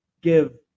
give